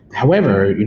however,